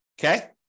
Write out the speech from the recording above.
okay